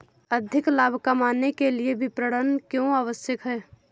अधिक लाभ कमाने के लिए विपणन क्यो आवश्यक है?